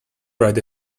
write